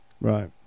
Right